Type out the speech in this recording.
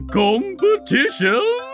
competition